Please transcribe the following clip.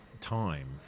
time